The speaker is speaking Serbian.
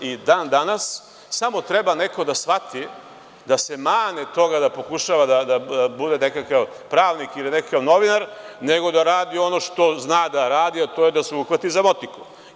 I dan danas, samo neko treba da shvati, da se mane toga da pokušava da bude nekakav pravnik, nekakav novinar, nego da radi ono što zna da radi, a to je da se uhvati za motiku.